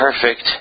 perfect